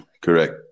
Correct